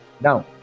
Now